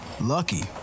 Lucky